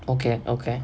okay okay